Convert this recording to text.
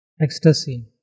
ecstasy